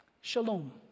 shalom